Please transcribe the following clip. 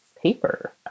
paper